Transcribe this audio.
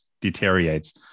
deteriorates